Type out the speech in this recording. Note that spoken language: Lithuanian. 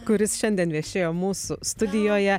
kuris šiandien viešėjo mūsų studijoje